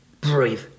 breathe